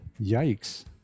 Yikes